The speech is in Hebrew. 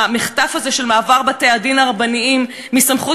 המחטף הזה של מעבר בתי-הדין הרבניים מסמכות